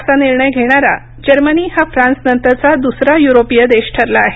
असा निर्णय घेणारा जर्मनी हा फ्रान्सनंतरचा दुसरा युरोपीय देश ठरला आहे